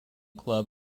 club